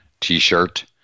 t-shirt